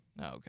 Okay